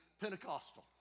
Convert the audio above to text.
Pentecostal